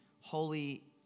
holy